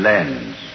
Lens